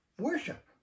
worship